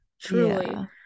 truly